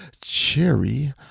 cherry